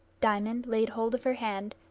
diamond laid hold of her hand,